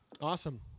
Awesome